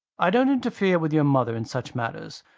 i don't interfere with your mother in such matters.